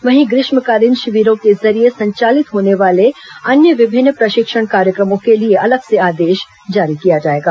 वहीं ग्रीष्मकालीन शिविरों के जरिये संचालित होने वाले अन्य विभिन्न प्रशिक्षण कार्यक्रमों के लिए अलग से आदेश जारी किया जाएगा